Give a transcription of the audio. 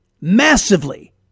massively